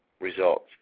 results